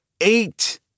eight